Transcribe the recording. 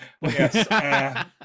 yes